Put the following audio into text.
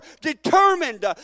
determined